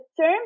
term